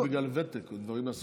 אולי בגלל ותק או דברים מהסוג הזה.